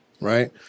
right